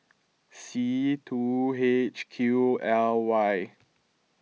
C two H Q L Y